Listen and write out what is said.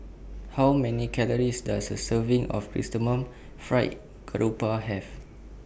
How Many Calories Does A Serving of Chrysanthemum Fried Garoupa Have